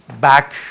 back